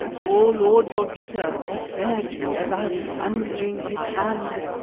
o lord dogeetah he said, as i was bandaging his hand,